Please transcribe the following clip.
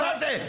מה זה פה?